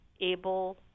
able